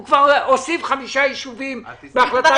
הוא כבר הוסיף חמישה יישובים בהחלטת בג"ץ.